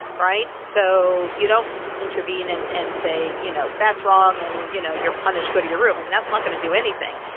right? so you don't intervene and and say, you know, that's wrong and, you know, you're punished. go to your room. i mean, that's not going to do anything.